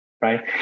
right